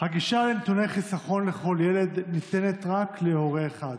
הגישה לנתוני חיסכון לכל ילד ניתנת רק להורה אחד,